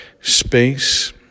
space